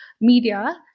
media